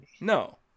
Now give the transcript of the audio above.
No